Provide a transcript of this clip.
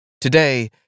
Today